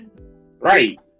Right